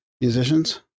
musicians